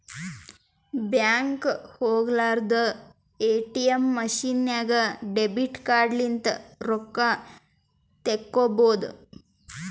ಬ್ಯಾಂಕ್ಗ ಹೊಲಾರ್ದೆ ATM machine ನಾಗ್ ಡೆಬಿಟ್ ಕಾರ್ಡ್ ಲಿಂತ್ ರೊಕ್ಕಾ ತೇಕೊಬೋದ್